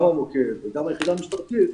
גם המוקד וגם היחידה המשטרתית,